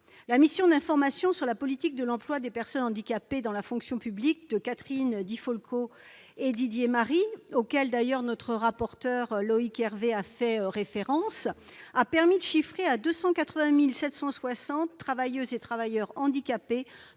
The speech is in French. La mission d'information sur la politique de l'emploi des personnes handicapées dans la fonction publique, menée par Catherine Di Folco et Didier Marie, à laquelle notre rapporteur, Loïc Hervé, a d'ailleurs fait référence, a permis de chiffrer à 280 760 le nombre de travailleuses et de travailleurs handicapés